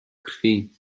krwi